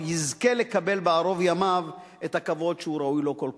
לקבל בערוב ימיו את הכבוד שהוא ראוי לו כל כך.